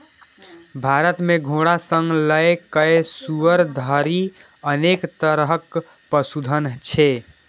भारत मे घोड़ा सं लए कए सुअर धरि अनेक तरहक पशुधन छै